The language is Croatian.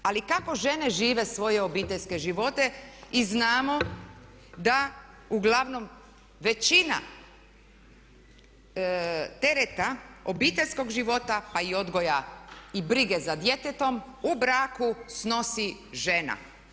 Ali kako žene žive svoje obiteljske živote i znamo da uglavnom većina tereta obiteljskog života pa i odgoja i brige za djetetom u braku snosi žena.